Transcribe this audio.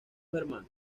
hermanos